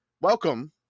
Welcome